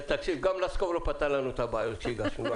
גם לסקוב לא פתר לנו את הבעיות שהגשנו.